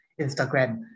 Instagram